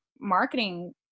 marketing